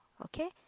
Okay